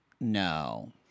no